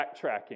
backtracking